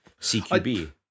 CQB